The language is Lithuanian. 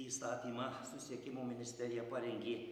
įsatatymą susiekimo ministerija parengė